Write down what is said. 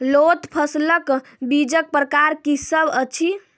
लोत फसलक बीजक प्रकार की सब अछि?